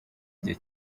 gihe